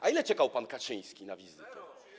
A ile czekał pan Kaczyński na wizytę?